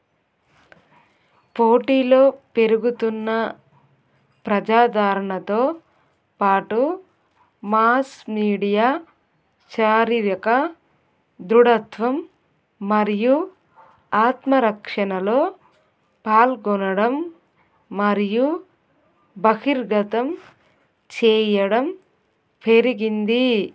పోటీలో పెరుగుతున్న ప్రజాధరణతో పాటు మాస్ మీడియా శారీరక దృఢత్వం మరియు ఆత్మ రక్షణలో పాల్గొనడం మరియు బహిర్గతం చేయడం పెరిగింది